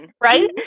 right